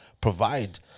provide